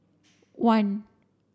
one